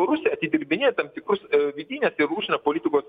rusija atidirbinėja tam tikrus vidines ir užsienio politikos